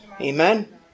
Amen